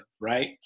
right